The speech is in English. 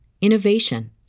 innovation